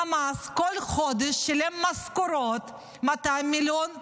חמאס שילם משכורות כל חודש, 200 מיליון שקל,